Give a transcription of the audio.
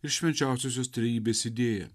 ir švenčiausiosios trejybės idėją